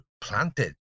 planted